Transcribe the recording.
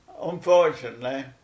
unfortunately